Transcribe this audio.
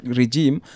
regime